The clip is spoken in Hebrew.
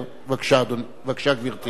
בבקשה, גברתי.